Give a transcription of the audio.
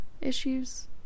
issues